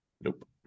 Nope